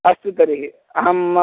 अस्तु तर्हि अहं